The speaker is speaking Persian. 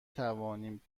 توانیم